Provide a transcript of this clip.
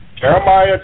Jeremiah